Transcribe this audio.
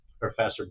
Professor